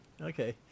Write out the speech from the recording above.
Okay